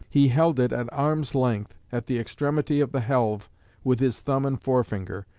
he held it at arm's length at the extremity of the helve with his thumb and forefinger,